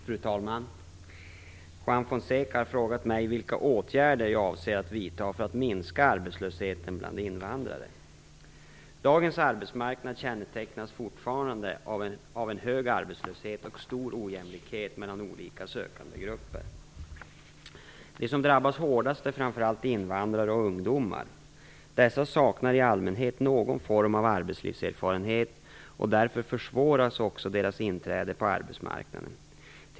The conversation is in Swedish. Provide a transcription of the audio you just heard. Fru talman! Juan Fonseca har frågat mig vilka åtgärder jag avser att vidta för att minska arbetslösheten bland invandrare. Dagens arbetsmarknad kännetecknas fortfarande av en hög arbetslöshet och stora ojämlikheter mellan olika sökandegrupper. De som drabbas hårdast är framför allt invandrare och ungdomar. Dessa saknar i allmänhet någon form av arbetslivserfarenhet, och därför försvåras också deras inträde på arbetsmarknaden.